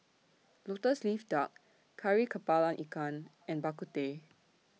Lotus Leaf Duck Kari Kepala Ikan and Bak Kut Teh